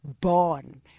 born